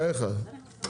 בחייך.